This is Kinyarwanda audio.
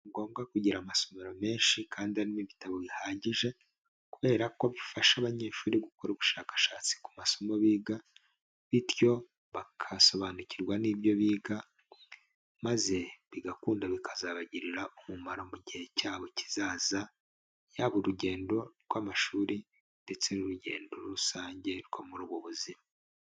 Ni ngombwa kugira amasomero menshi kandi arimo ibitabo bihagije, kubera ko bifasha abanyeshuri gukora ubushakashatsi ku masomo biga bityo bagasobanukirwa n'ibyo biga, maze bigakunda bikazabagirira umumaro mu gihe cyabo kizaza, yaba urugendo rw'amashuri ndetse n'urugendo rusange rwo muri ubu buzima.